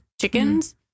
chickens